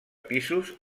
pisos